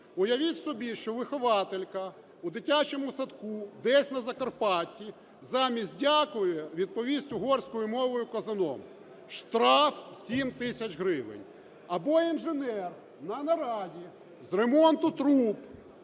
Уявіть собі, що вихователька у дитячому садку десь на Закарпатті замість "дякую" відповість угорською мовою "козоном" – штраф 7 тисяч гривень. Або інженер на нараді з ремонту труб